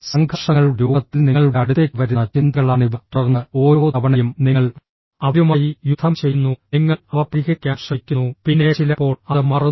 സംഘർഷങ്ങളുടെ രൂപത്തിൽ നിങ്ങളുടെ അടുത്തേക്ക് വരുന്ന ചിന്തകളാണിവ തുടർന്ന് ഓരോ തവണയും നിങ്ങൾ അവരുമായി യുദ്ധം ചെയ്യുന്നു നിങ്ങൾ അവ പരിഹരിക്കാൻ ശ്രമിക്കുന്നു പിന്നെ ചിലപ്പോൾ അത് മാറുന്നു